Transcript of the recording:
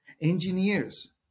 engineers